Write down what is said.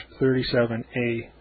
37A